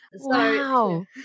Wow